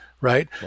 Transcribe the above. right